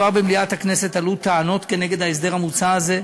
כבר במליאת הכנסת עלו טענות כנגד ההסדר המוצע הזה,